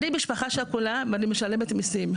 אני משפחה שכולה, אני משלמת מיסים.